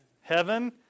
heaven